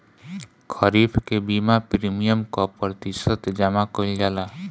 खरीफ के बीमा प्रमिएम क प्रतिशत जमा कयील जाला?